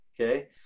okay